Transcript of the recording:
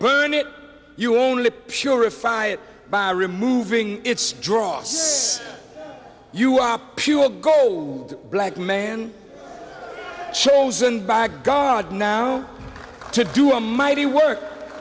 burn it you only purify it by removing its dross you are pure gold black man chosen by god now to do a mighty work